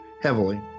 heavily